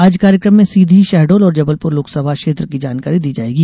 आज कार्यक्रम में सीधी शहडोल और जबलपुर लोकसभा क्षेत्र की जानकारी दी जाएगी